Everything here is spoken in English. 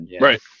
right